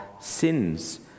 sins